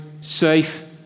safe